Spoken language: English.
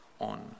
on